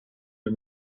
you